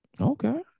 Okay